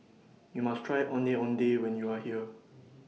YOU must Try Ondeh Ondeh when YOU Are here